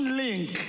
link